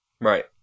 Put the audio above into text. right